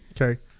Okay